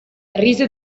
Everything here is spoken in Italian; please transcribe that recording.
rise